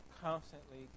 constantly